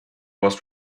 was